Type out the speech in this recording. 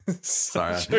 Sorry